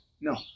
no